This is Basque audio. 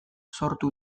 sortu